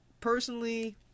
personally